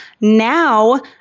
Now